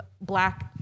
black